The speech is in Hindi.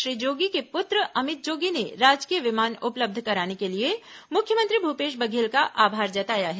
श्री जोगी के पुत्र अमित जोगी ने राजकीय विमान उपलब्ध कराने के लिए मुख्यमंत्री भूपेश बघेल का आभार जताया है